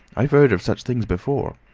i've heard of such things before.